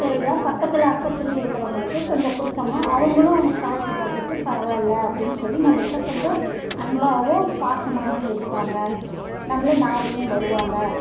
செடிலாம் பக்கத்தில் அக்கத்துலையும் இருக்கிறவங்களுக்கும் கொஞ்சம் கொடுத்தம்னா அவங்களும் அவங்க சாப்பிட்டு பார்த்துட்டு பரவால்ல அப்படின்னு சொல்லி நம்மக்கிட்ட கொஞ்சம் அன்பாகவும் பாசமாகவும் இருப்பாங்க நம்மளே நாடியும் வருவாங்க